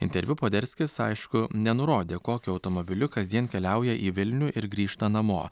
interviu poderskis aišku nenurodė kokiu automobiliu kasdien keliauja į vilnių ir grįžta namo